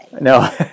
No